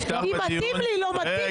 אם מתאים לי, לא מתאים לי.